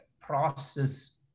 process